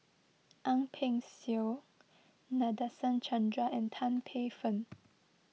Ang Peng Siong Nadasen Chandra and Tan Paey Fern